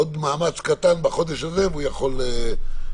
עוד מאמץ קטן בחודש הזה והוא יכול להתקדם.